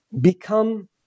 become